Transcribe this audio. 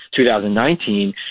2019